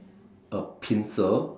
a pincer